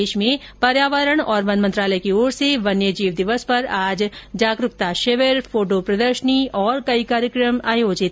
देश में पर्यावरण और वन मंत्रालय की ओर से वन्य जीव दिवस पर आज जागरूकता शिविर फोटोप्रदर्शनी और कई कार्यकम आयोजित किए जा रहे है